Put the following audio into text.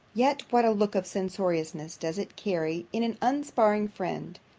yet what a look of censoriousness does it carry in an unsparing friend,